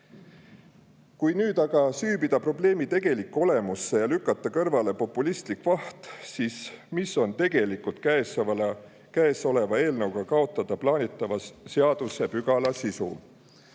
nüüd aga süüvida probleemi tegelikku olemusse ja lükata kõrvale populistlik vaht, siis mis on tegelikult kõnealuse eelnõuga kaotada plaanitava seadusepügala sisu?